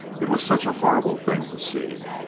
it was such a horrible thing to see!